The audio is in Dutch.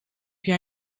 jij